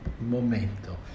momento